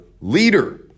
leader